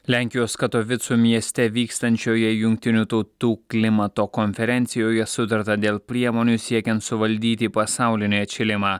lenkijos katovicų mieste vykstančioje jungtinių tautų klimato konferencijoje sutarta dėl priemonių siekiant suvaldyti pasaulinį atšilimą